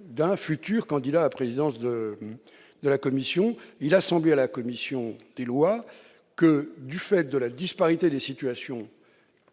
d'un futur candidat à la présidence de la Commission européenne ? Il a semblé à la commission des lois que, du fait de la disparité des situations